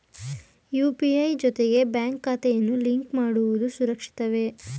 UPI ಜೊತೆಗೆ bank ಖಾತೆಯನ್ನು link ಮಾಡುವುದು ಸುರಕ್ಷಿತವೇ?